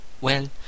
Well